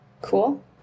Cool